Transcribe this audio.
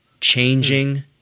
changing